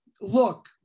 Look